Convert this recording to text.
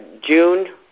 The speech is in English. June